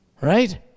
Right